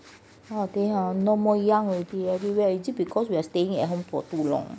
!wah! no more young is it because we are staying at home for too long